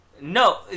No